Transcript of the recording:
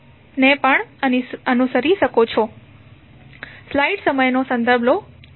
Roy Choudhury ને પણ અનુસરી શકો છો